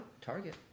Target